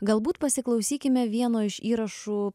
galbūt pasiklausykime vieno iš įrašų